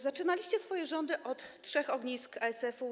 Zaczynaliście swoje rządy od trzech ognisk ASF-u.